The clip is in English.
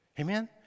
Amen